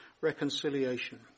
reconciliation